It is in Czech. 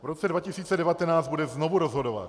V roce 2019 bude znovu rozhodovat.